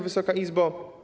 Wysoka Izbo!